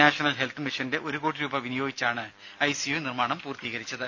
national health മിഷന്റെ ഒരു കോടി രൂപ വിനിയോഗിച്ചാണ് ഐസിയു നിർമ്മാണം പൂർത്തീകരിച്ചത്